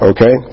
Okay